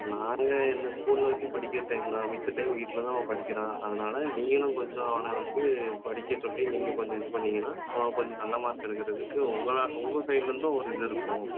நாங்கள் என்ன ஸ்கூலில் வச்சி படிக்கிற டைம் தான் மிச்ச டைம் வீட்டில் தான் அவன் படிக்கிறான் அதனால் நீங்களும் கொஞ்சம் அவனை வந்து படிக்கச் சொல்லி நீங்கள் கொஞ்சம் இது பண்ணீங்கன்னால் அவன் கொஞ்சம் நல்ல மார்க் எடுக்கிறதுக்கு உங்களா உங்கள் சைட்லேருந்தும் ஒரு இது இருக்கும்